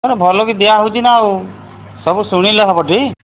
ଭଲକି ଦିଆ ହେଉଛି ନା ଆଉ ସବୁ ଶୁଣିଲେ ହବ ଟି